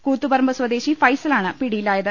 കൂത്തുപറമ്പ് സ്വദേശി ഫൈസലാണ് പിടിയി ലായത്